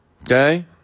Okay